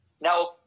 Now